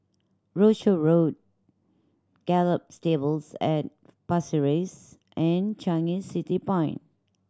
Rochor Road Gallop Stables at Pasir Ris and Changi City Point